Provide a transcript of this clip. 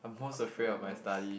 afraid almost